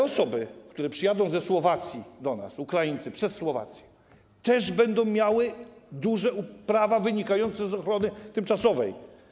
Osoby, które przyjadą do nas ze Słowacji - Ukraińcy przez Słowację - też będą miały duże prawa wynikające z ochrony tymczasowej.